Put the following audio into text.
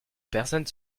personnes